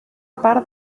part